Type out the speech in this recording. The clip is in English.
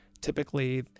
Typically